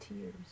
tears